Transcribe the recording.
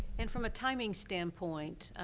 and from a timing standpoint,